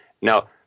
Now